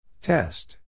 Test